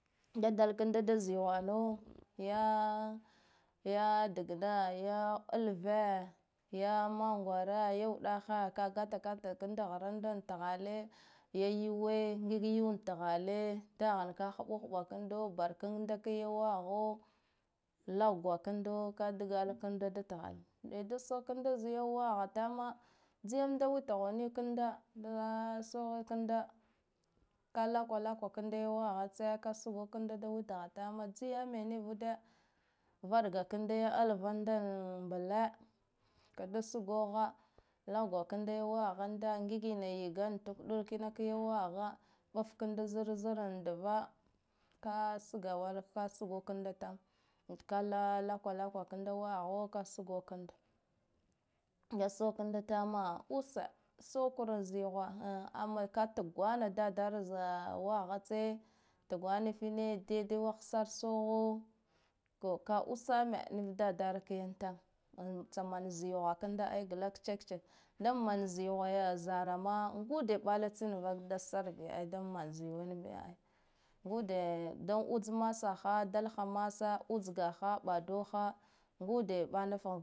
Da dalakanda da zihwana ya ya da gna ya aire ya mangmare ya uɗa ha ka gata gata kanda haranta thale ya yuwe ngiga yuwe thale daham ka hɓuba kanda bara kanda kiyi waha lagwa kanda ka dgak kando da thale, de daso kanda zi yi waho jiyam da witho nikando daya so kando ka lakwa lakwa kanda ya wahatse ka sugo kanda da witha tamo ji yame nivude vaɗga kanda ya alven da am mble ka da sugo ha lagwa kanda wahonda ngigina yagane tuk ɗule kina ki waho ɓat kanda zarzra tva ka sgwala ka sugo kanda tama, ka lakwa lakwa kanda waho ka sugo kanda da so kanda tama ussa so kure ziha amma ka tugwa na dadara wahatse tgwana fsine daide wahsare soho to ka usame niv dadara ka yan tam tsa man ziwa kanda ai tsa glak check-check dan man ziwaya zara ma ngude ɓla tsine vak dad sare bi ai da man ziwin ai, ngude da uts masa ha dalha masa utsgaha ngude ɓa